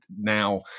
Now